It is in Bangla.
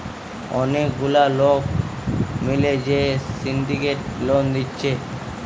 অনেক গুলা লোক মিলে যে সিন্ডিকেট লোন দিচ্ছে